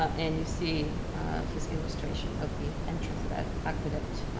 ah and you see his illustration of the entrance of that aqueduct